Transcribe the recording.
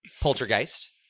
Poltergeist